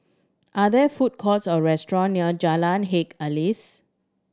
are there food courts or restaurant near Jalan Haji Alias